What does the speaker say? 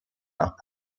nach